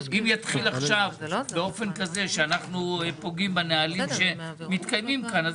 אם נתחיל עכשיו באופן כזה שאנחנו פוגעים בנהלים שמתקיימים כאן,